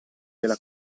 della